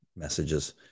messages